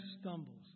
stumbles